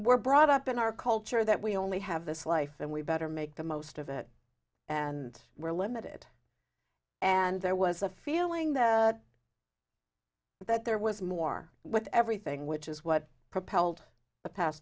we're brought up in our culture that we only have this life and we better make the most of it and we're limited and there was a feeling though that there was more with everything which is what propelled